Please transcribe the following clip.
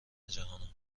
جهانند